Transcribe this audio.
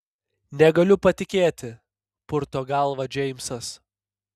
negaliu patikėti purto galvą džeimsas